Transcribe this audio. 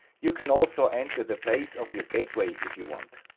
you can also enter the place of your gateway, if you want.